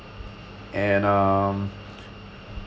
and um